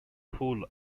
پول